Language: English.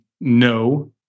no